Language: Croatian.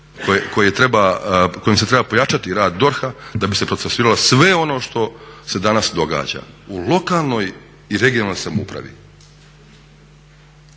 kojim se treba pojačati rad DORH-a da bi se procesuiralo sve ono što se danas događa. U lokalnoj i regionalnoj samoupravi